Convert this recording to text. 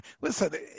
Listen